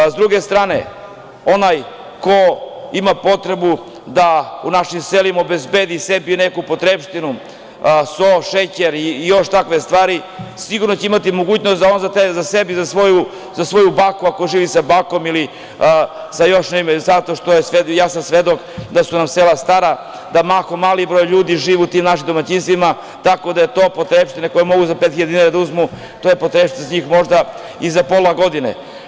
S druge strane, onaj ko ima potrebu da u našim selima obezbedi sebi neku potrepštinu, so, šećer i još takve stvari, sigurno će imati mogućnost da za sebe i za svoju baku, ako živi sa bakom ili sa još nekim, ja sam svedok da su nam sela stara, da mahom mali broj ljudi živi u tim našim domaćinstvima, tako da su to potrepštine koje mogu za 5.000 dinara da uzmu, to su potrepštine za njih možda i za pola godine.